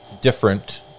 different